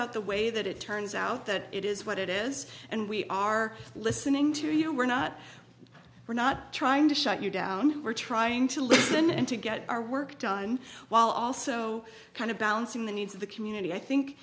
out the way that it turns out that it is what it is and we are listening to you we're not we're not trying to shut you down we're trying to listen and to get our work done while also kind of balancing the needs of the community i think